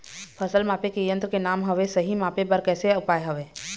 फसल मापे के यन्त्र के का नाम हवे, सही मापे बार कैसे उपाय हवे?